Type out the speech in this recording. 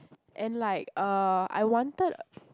and like uh I wanted